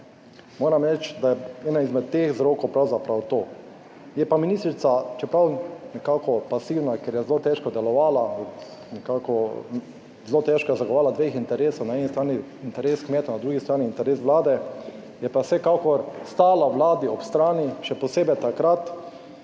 moram reči, da je ena izmed teh vzrokov pravzaprav to. Je pa ministrica, čeprav nekako pasivna, ker je zelo težko delovala, nekako zelo težko je zagovarjala dveh interesov, na eni strani interes kmetov, na drugi strani interes Vlade, je pa vsekakor stala vladi ob strani, še posebej takrat,